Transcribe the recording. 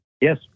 Yes